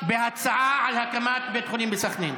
על ההצעה להקמת בית חולים בסח'נין?